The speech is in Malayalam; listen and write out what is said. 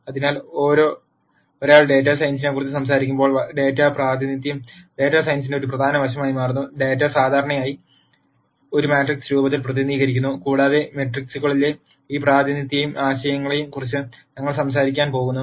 അതിനാൽ ഒരാൾ ഡാറ്റാ സയൻസിനെക്കുറിച്ച് സംസാരിക്കുമ്പോൾ ഡാറ്റാ പ്രാതിനിധ്യം ഡാറ്റാ സയൻസിന്റെ ഒരു പ്രധാന വശമായി മാറുന്നു ഡാറ്റ സാധാരണയായി ഒരു മാട്രിക്സ് രൂപത്തിൽ പ്രതിനിധീകരിക്കുന്നു കൂടാതെ മെട്രിക്സുകളിലെ ഈ പ്രാതിനിധ്യത്തെയും ആശയങ്ങളെയും കുറിച്ച് ഞങ്ങൾ സംസാരിക്കാൻ പോകുന്നു